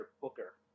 booker